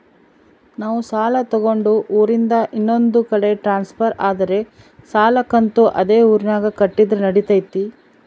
ನಾವು ಸಾಲ ತಗೊಂಡು ಊರಿಂದ ಇನ್ನೊಂದು ಕಡೆ ಟ್ರಾನ್ಸ್ಫರ್ ಆದರೆ ಸಾಲ ಕಂತು ಅದೇ ಊರಿನಾಗ ಕಟ್ಟಿದ್ರ ನಡಿತೈತಿ?